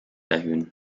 erhöhen